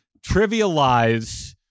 trivialize